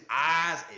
eyes